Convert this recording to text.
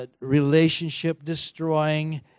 relationship-destroying